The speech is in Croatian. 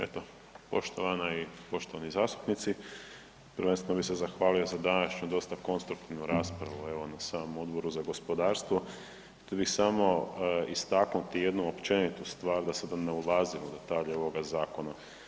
Eto, poštovana i poštovani zastupnici, prvenstveno bi se zahvalio za današnju dosta konstruktivnu raspravu evo na samom Odboru za gospodarstvo, htio bih samo istaknuti jednu općenitu stvar da sada ne ulazim u detalje ovoga zakona.